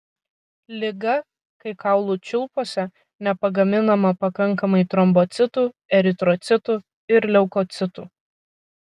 liga kai kaulų čiulpuose nepagaminama pakankamai trombocitų eritrocitų ir leukocitų